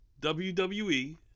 WWE